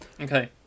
Okay